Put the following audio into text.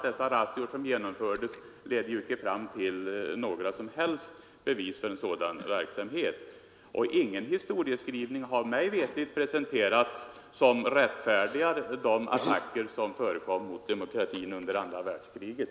De razzior som genomfördes ledde ju inte till några som helst bevis för någon olaglig verksamhet. Ingen historieskrivning har mig veterligt presenterats som rättfärdigar de attacker som förekom mot demokratin under andra världskriget.